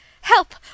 Help